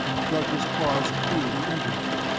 dug his claws cruelly into her.